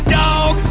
dog